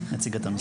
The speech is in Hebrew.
אציג את הנושא.